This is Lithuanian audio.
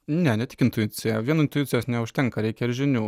ne ne tik intuicija vien intuicijos neužtenka reikia ir žinių